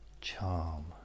charm